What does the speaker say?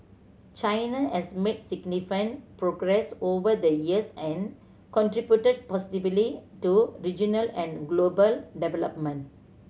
China has made significant progress over the years and contributed positively to regional and global development